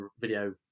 video